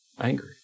angry